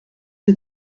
des